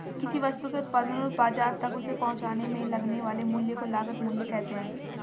किसी वस्तु के उत्पादन और बाजार तक उसे पहुंचाने में लगने वाले मूल्य को लागत मूल्य कहते हैं